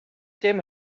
dim